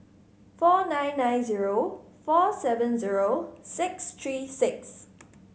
four nine nine zero four seven zero six three six